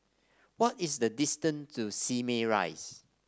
what is the distance to Simei Rise